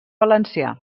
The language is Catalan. valencià